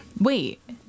Wait